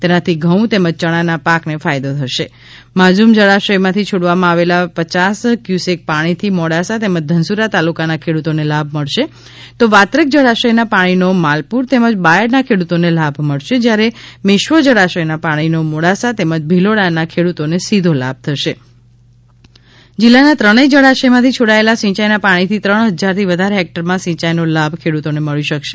તેનાથી ઘઉં તેમજ ચણાના પાકને ફાયદો થશે માઝ્રમ જળાશયમાંથી છોડવામાં આવેલા પચાસ ક્યુસેક પાણીથી મોડાસા તેમજ ધનસુરા તાલુકાના ખેડૂતોને લાભ મળશે તો વાત્રક જળાશય ના પાણીનો માલપુર તેમજ બાયડના ખેડૂતોને લાભ મળશે જ્યારે મેશ્વો જળાશયના પાણીનો મોડાસા તેમજ ભિલોડાના ખેડૂતોને સીધો લાભ થશે જિલ્લાના ત્રણેય જળાશયમાંથી છોડાયેલા સિંચાઈના પાણીથી ત્રણ હજારથી વધારે હેક્ટરમાં સિંચાઈનો લાભ ખેડૂતોને મળી શકશે